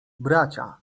bracia